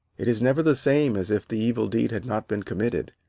it is never the same as if the evil deed had not been committed.